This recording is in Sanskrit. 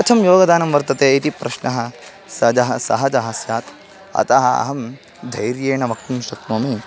कथं योगदानं वर्तते इति प्रश्नः सहजः सहजः स्यात् अतः अहं धैर्येण वक्तुं शक्नोमि